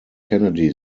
kennedy